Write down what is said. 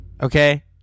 Okay